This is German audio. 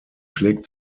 schlägt